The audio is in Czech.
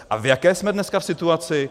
A v jaké jsme dneska situaci?